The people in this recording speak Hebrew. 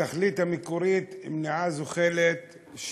התכלית המקורית היא מניעה של שבות זוחלת.